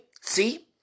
see